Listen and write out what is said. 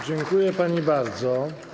Dziękuję pani bardzo.